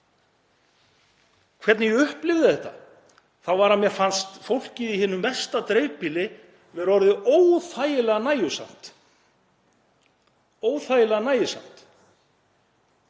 hvernig ég upplifði þetta þá fannst mér fólkið í hinu mesta dreifbýli vera orðið óþægilega nægjusamt. Óþægilega nægjusamt.